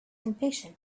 impatient